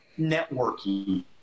networking